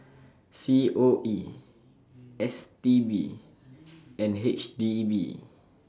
C O E S T B and H D B